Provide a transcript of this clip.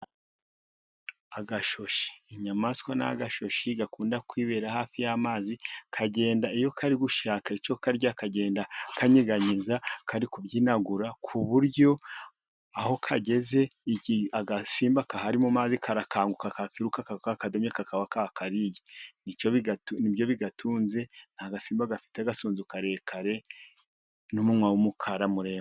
Agashushi . Inyamaswa y'Agashushi ni akanyamaswa gakunda kwibera hafi y'amazi , kagenda iyo kari gushaka icyo kurya kagenda kanyeganyeza karikubyinagura ku buryo aho kageze agasimba kari mu mazi karakanguka kakwiruka kakaba ka kariye. Nibyo bigatunze . Ni agasimba gafite agasunzu karekare, n'umunwa w'umukara muremure.